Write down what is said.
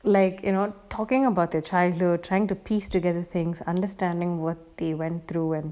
like you know talking about their childhood or trying to piece together things understanding what they went through and